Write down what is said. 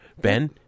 Ben